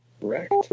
Correct